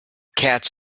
cats